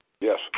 Yes